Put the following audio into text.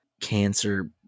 cancer